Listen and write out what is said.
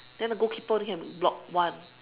then the goalkeeper only can block one